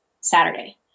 Saturday